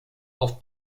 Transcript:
auf